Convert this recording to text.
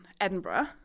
Edinburgh